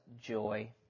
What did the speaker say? joy